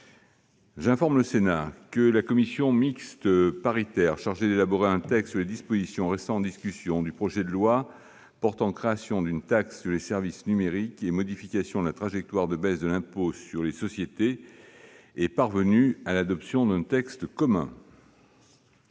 J'informe le Sénat que la commission mixte paritaire chargée d'élaborer un texte sur les dispositions restant en discussion du projet de loi portant création d'une taxe sur les services numériques et modification de la trajectoire de baisse de l'impôt sur les sociétés est parvenue à l'adoption d'un texte commun.